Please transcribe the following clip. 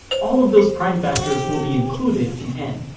all of those prime factors will be included in n.